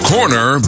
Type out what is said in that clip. Corner